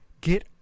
get